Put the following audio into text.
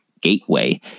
gateway